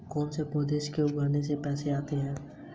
एक उपकरण का प्राथमिक उद्देश्य क्या है?